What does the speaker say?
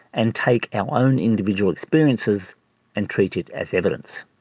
and take our own individual experiences and treat it as evidence.